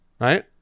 right